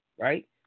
Right